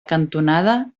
cantonada